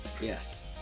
Yes